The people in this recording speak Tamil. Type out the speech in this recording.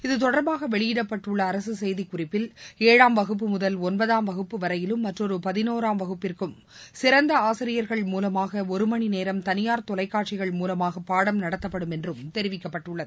இத்தொடர்பாகவெளியிடப்பட்டுள்ளஅரசுசெய்திக்குறிப்பில் ஏழாம் வகுப்பு முதல் ஒன்பதாம் வகுப்பு வரையிலும் மற்றும் பதினோராம் வகுப்பிற்கும் சிறந்தஆசிரியர்கள் மூலமாகஒருமணிநேரம் தனியார் தொலைக்காட்சிகள் மூலமாகபாடம் நடத்தப்படும் என்றும் தெரிவிக்கப்பட்டுள்ளது